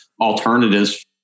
alternatives